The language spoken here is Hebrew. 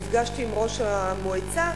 נפגשתי עם ראש המועצה.